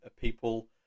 people